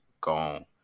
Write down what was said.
gone